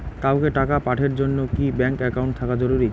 কাউকে টাকা পাঠের জন্যে কি ব্যাংক একাউন্ট থাকা জরুরি?